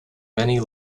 many